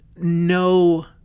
no